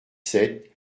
sept